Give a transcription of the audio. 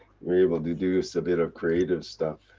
were able to do so a bit of creative stuff,